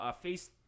face